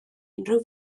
unrhyw